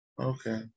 Okay